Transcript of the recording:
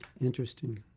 Interesting